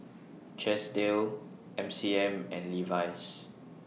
Chesdale M C M and Levi's